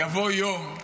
יבוא יום,